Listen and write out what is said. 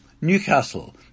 Newcastle